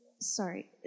Sorry